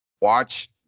watch